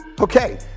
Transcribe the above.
Okay